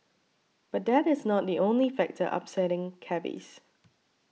but that is not the only factor upsetting cabbies